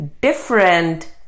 different